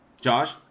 Josh